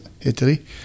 Italy